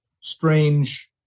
strange